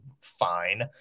fine